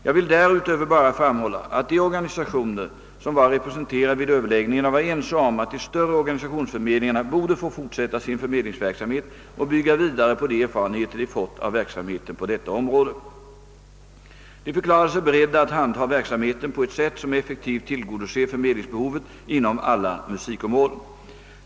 Jag vill därutöver bara framhålla att de organisationer som var representerade vid överläggningarna var ense om att de större organisationsförmedlingarna borde få fortsätta sin förmedlingsverksamhet och bygga vidare på de erfarenheter de fått av verksamheten på detta område. De förklarade sig beredda att handha verksamheten på ett sätt som effektivt tillgodoser förmedlingsbehovet inom alla musikområden.